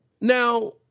Now